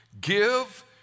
Give